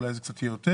אולי זה קצת יהיה יותר.